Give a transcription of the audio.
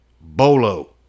bolo